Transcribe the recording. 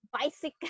bicycle